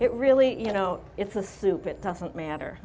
it really you know it's a soup it doesn't matter